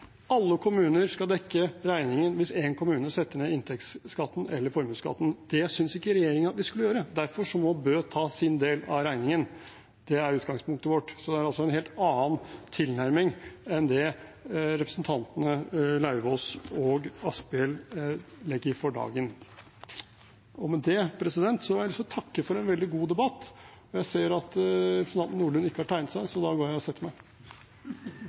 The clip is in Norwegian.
vi skal gjøre. Derfor må Bø ta sin del av regningen. Det er utgangspunktet vårt. Det er altså en helt annen tilnærming enn det representantene Lauvås og Asphjell legger for dagen. Med det har jeg lyst til å takke for en veldig god debatt. Jeg ser at representanten Nordlund ikke har tegnet seg, så da går jeg og setter meg.